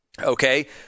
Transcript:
Okay